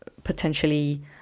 potentially